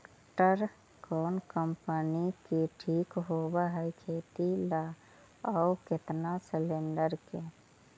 Tractor कोन company के ठीक होब है खेती ल औ केतना सलेणडर के?